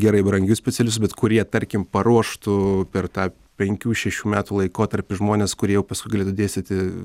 gerai brangius specialistus bet kurie tarkim paruoštų per tą penkių šešių metų laikotarpį žmones kurie jau paskui galėtų dėstyti